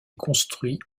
construit